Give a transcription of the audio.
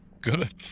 Good